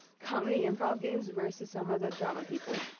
comedy improv games versus some of the drama people.